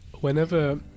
whenever